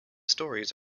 stories